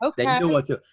Okay